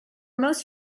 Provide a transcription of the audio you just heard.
most